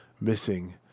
missing